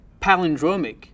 Palindromic